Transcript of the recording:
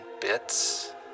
bits